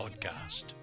podcast